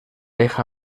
hija